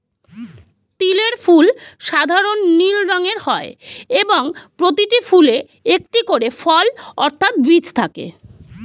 তিলের ফুল সাধারণ নীল রঙের হয় এবং প্রতিটি ফুলে একটি করে ফল অর্থাৎ বীজ থাকে